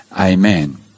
Amen